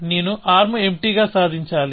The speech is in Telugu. నేను ఆర్మ్ ఎంప్టీ గా సాధించాలి